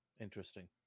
Interesting